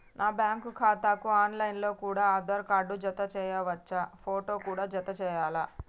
నా బ్యాంకు ఖాతాకు online లో కూడా ఆధార్ కార్డు జత చేయవచ్చా ఫోటో కూడా జత చేయాలా?